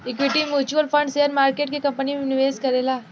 equity mutual fund share market के company में निवेश करेला